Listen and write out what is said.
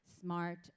smart